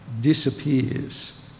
disappears